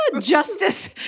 Justice